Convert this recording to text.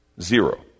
Zero